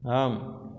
ஆம்